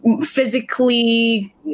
physically